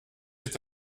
est